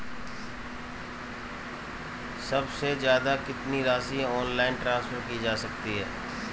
सबसे ज़्यादा कितनी राशि ऑनलाइन ट्रांसफर की जा सकती है?